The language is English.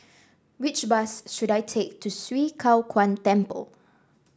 which bus should I take to Swee Kow Kuan Temple